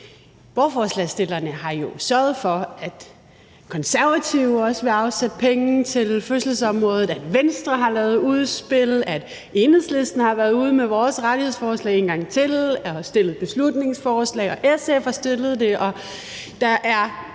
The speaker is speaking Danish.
borgerforslagsstillerne har jo sørget for, at Konservative også vil afsætte penge til fødselsområdet, at Venstre har lavet udspil, at vi i Enhedslisten har været ude med vores rettighedsforslag en gang til og har fremsat beslutningsforslag, og at SF har gjort det,